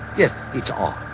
yes, it's odd.